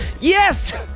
Yes